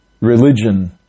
religion